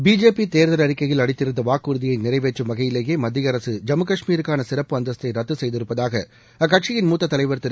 BJP தேர்தல் அறிக்கையில் அளித்திருந்த வாக்குறுதியை நிறைவேற்றும் வகையிலேயே மத்திய அரசு ஜம்மு கஷ்மீருக்கான சிறப்பு அந்தஸ்தை ரத்து செய்திருப்பதாக அக்கட்சியின் மூத்த தலைவர் திரு